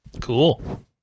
Cool